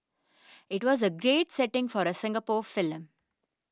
it was a great setting for a Singapore film